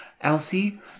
Elsie